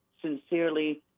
sincerely